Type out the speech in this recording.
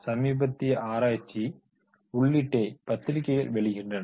சமீபத்திய ஆராய்ச்சி உள்ளீட்டை பத்திரிக்கைகள் வெளியிடுகின்றன